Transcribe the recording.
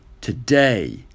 today